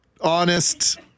honest